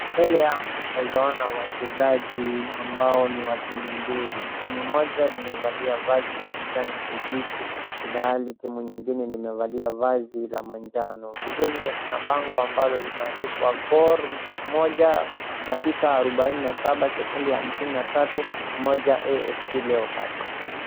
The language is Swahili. Mbele yangu naweza ona wachezaji ambao ni wa timu mbili. Moja limevalia vazi ya kijani kibichi ilhali timu nyingine limevalia vazi la manjano. Vile vile kuna bango ambalo limeandikwa goal moja dakika arubaine na saba sekunde hamsini na tatu moja Afc Leorpards.